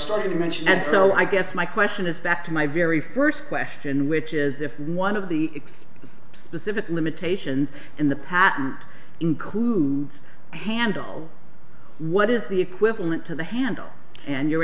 trying to mention and so i guess my question is back to my very first question which is the one of the x specific limitations in the patent includes a handle what is the equivalent to the handle and your